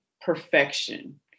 perfection